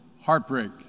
heartbreak